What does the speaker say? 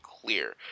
clear